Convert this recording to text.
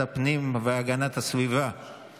החוץ והביטחון להכנתה לקריאה השנייה והשלישית.